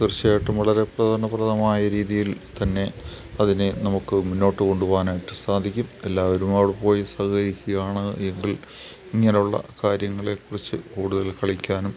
തീർച്ചയായിട്ടും വളരെ പ്രയോജനപ്രദമായ രീതിയിൽ തന്നെ അതിനെ നമുക്ക് മുന്നോട്ട് കൊണ്ടുപോകാനായിട്ട് സാധിക്കും എല്ലാവരും അവിടെ പോയി സഹകരിക്കുകയാണ് എങ്കിൽ ഇങ്ങനെയുളള കാര്യങ്ങളെ കുറിച്ച് കൂടുതൽ കളിക്കാനും